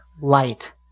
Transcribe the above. light